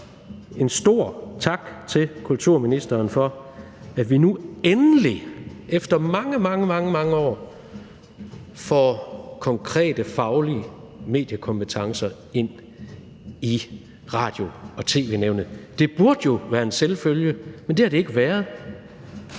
en stor tak til kulturministeren for, at vi nu endelig efter mange, mange år får konkrete faglige mediekompetencer ind i Radio- og tv-nævnet. Det burde jo være en selvfølge, men det har det ikke været.